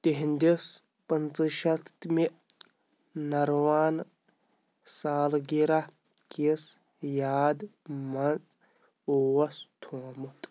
تِہنٛدِس پنٛژٕہ شٮ۪تھ مہِ نِروانہٕ سالگرہ کِس یاد منٛز اوس تھومُت